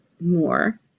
more